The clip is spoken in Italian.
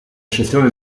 sezione